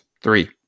three